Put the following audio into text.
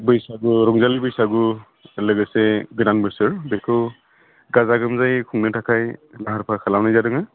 बैसागु रंजालि बैसागु लोगोसे गोदान बोसोर बेखौ गाजा गोमजायै खुंनो थाखाय लाहार फाहार खालामनाय जादों